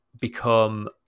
become